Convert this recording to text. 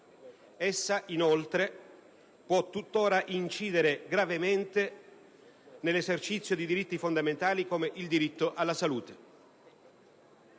Ciò, inoltre, può incidere gravemente sull'esercizio di diritti fondamentali, come il diritto alla salute.